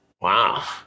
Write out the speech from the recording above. Wow